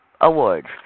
awards